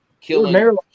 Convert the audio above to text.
killing